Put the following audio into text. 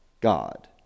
God